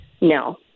no